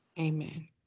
Amen